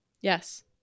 Yes